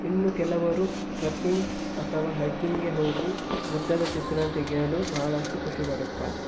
ಇನ್ನು ಕೆಲವರು ಟ್ರಕ್ಕಿಂಗ್ ಅಥವಾ ಹೈಕಿಂಗೆ ಹೋಗಿ ಗುಡ್ಡದ ಚಿತ್ರನ ತೆಗೆಯಲು ಬಹಳಷ್ಟು ಖುಷಿಪಡುತ್ತಾರೆ